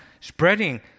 spreading